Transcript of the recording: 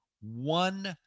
one